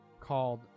called